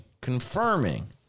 confirming